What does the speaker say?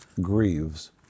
grieves